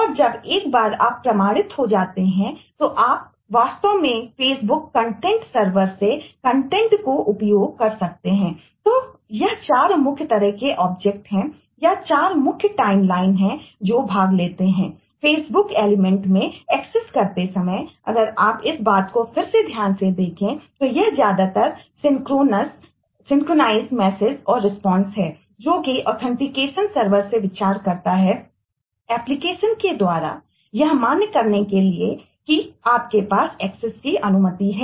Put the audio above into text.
और जब एक बार आप प्रमाणित हो जाते हैं तो आप वास्तव में फेसबुक कंटेंट सर्वर की अनुमति है